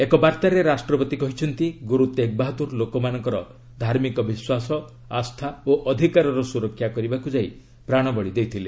ଏକ ବାର୍ତ୍ତାରେ ରାଷ୍ଟ୍ରପତି କହିଛନ୍ତି ଗୁରୁ ତେଗ୍ ବାହାଦୁର ଲୋକମାନଙ୍କର ଧାର୍ମିକ ବିଶ୍ୱାସ ଆସ୍ଥା ଓ ଅଧିକାରର ସୁରକ୍ଷା କରିବାକୁ ଯାଇ ପ୍ରାଣବଳି ଦେଇଥିଲେ